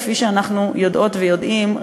כפי שאנחנו יודעות ויודעים,